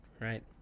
right